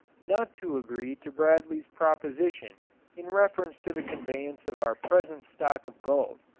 not to agree to bradley's proposition in reference to the conveyance of our present stock of gold,